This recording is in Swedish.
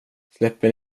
släpper